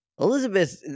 Elizabeth